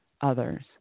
others